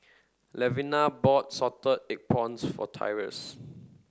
Levina bought salted egg prawns for Tyrus